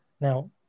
Now